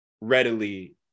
readily